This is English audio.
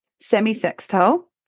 semi-sextile